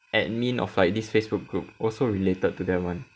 admin of like this Facebook group also related to them [one]